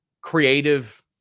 creative